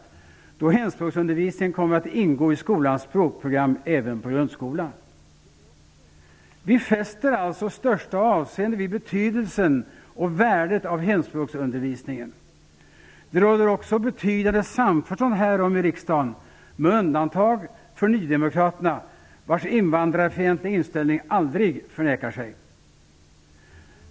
Då kommer hemspråksundervisningen att ingå i skolans språkprogram även på grundskolan. Vi fäster alltså största avseende vid betydelsen och värdet av hemspråksundervisningen. Det råder också betydande samförstånd härom i riksdagen med undantag för nydemokraterna, vars invandrarfientliga inställning aldrig förnekar sig.